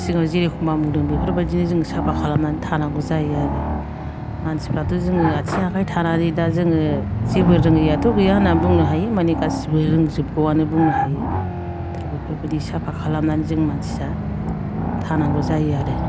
सिगां जेरेखम मावदों बेफोरबादिनो जों साफा खालामनानै थानांगौ जायो आरो मानसिफ्राथ' जोङो आथिं आखाय थानानै दा जोङो जेबो रोङैआथ' गैया होन्नानै बुंनो हायो मानि गासिबो रोंजोबगौआनो बुंनो हायो दा बेफोरबायदि साफा खालामनानै जों मानसिया थानांगौ जायो आरो